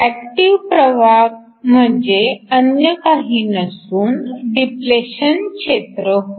active प्रभाग म्हणजेच अन्य काही नसून डिप्लेशन क्षेत्र होय